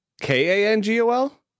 K-A-N-G-O-L